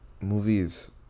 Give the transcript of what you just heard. movies